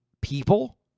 people